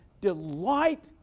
Delight